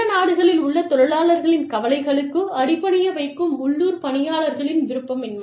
பிற நாடுகளில் உள்ள தொழிலாளர்களின் கவலைகளுக்கு அடிபணிய வைக்கும் உள்ளூர் பணியாளர்களின் விருப்பமின்மை